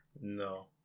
No